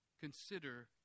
Consider